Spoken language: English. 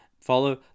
Follow